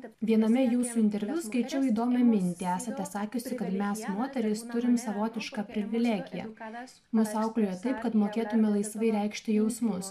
viename jūsų interviu skaičiau įdomią mintį esate sakiusi kad mes moterys turim savotišką privilegiją mus auklėjo taip kad mokėtume laisvai reikšti jausmus